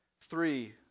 Three